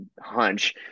hunch